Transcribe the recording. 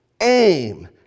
aim